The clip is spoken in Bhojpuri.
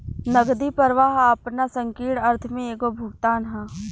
नगदी प्रवाह आपना संकीर्ण अर्थ में एगो भुगतान ह